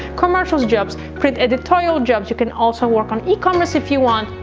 commercials jobs, print editorial jobs. you can also work on ecommerce if you want.